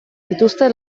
dituzte